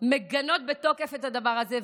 מגנות בתוקף את הדבר הזה,